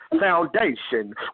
foundation